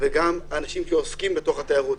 האנשים שעוסקים בתיירות.